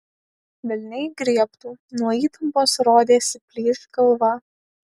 velniai griebtų nuo įtampos rodėsi plyš galva